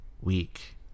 week